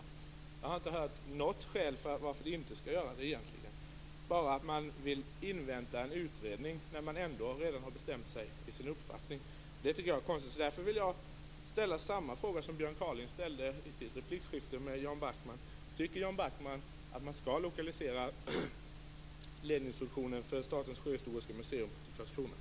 Jag har egentligen inte hört något skäl till varför det inte skall göra det. Man säger bara att man vill invänta en utredning - när man ändå redan har bestämt sig och har sin uppfattning klar. Det tycker jag är konstigt. Därför vill jag ställa samma fråga som Björn Kaaling ställde i sitt replikskifte med Jan Backman. Tycker Jan Backman att man skall lokalisera ledningsfunktionen för Statens sjöhistoriska museer till Karlskrona?